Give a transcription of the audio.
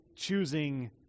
Choosing